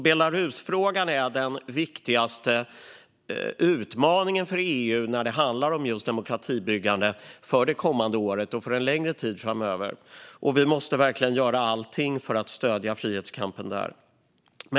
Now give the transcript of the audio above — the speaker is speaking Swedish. Belarusfrågan är den viktigaste utmaningen för EU när det handlar om just demokratibyggande för det kommande året och för en längre tid framöver. Vi måste verkligen göra allt för att stödja frihetskampen där.